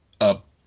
up